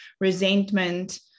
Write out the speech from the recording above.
resentment